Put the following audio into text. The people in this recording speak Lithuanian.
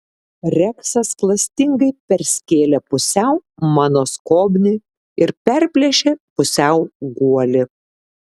reksas klastingai perskėlė pusiau mano skobnį ir perplėšė pusiau guolį